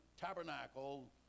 tabernacle